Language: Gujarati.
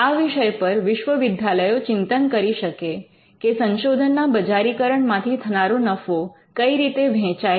આ વિષય પર વિશ્વવિદ્યાલયો ચિંતન કરી શકે કે સંશોધનના બજારીકરણ માંથી થનારો નફો કઈ રીતે વહેંચાય છે